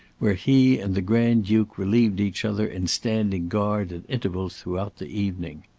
where he and the grand-duke relieved each other in standing guard at intervals throughout the evening.